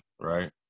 right